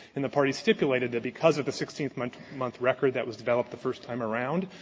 and the parties stipulated that, because of the sixteen month month record that was developed the first time around,